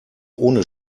ohne